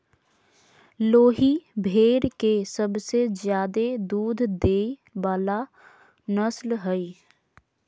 लोही भेड़ के सबसे ज्यादे दूध देय वला नस्ल हइ